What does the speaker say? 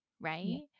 right